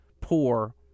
poor